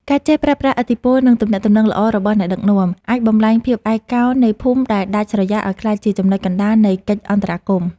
ការចេះប្រើប្រាស់ឥទ្ធិពល និងទំនាក់ទំនងល្អរបស់អ្នកដឹកនាំ អាចបំប្លែងភាពឯកោនៃភូមិដែលដាច់ស្រយាលឱ្យក្លាយជាចំណុចកណ្ដាលនៃកិច្ចអន្តរាគមន៍។